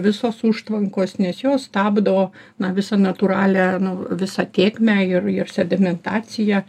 visos užtvankos nes jos stabdo na visą natūralią nu visą tėkmę ir ir sedimentaciją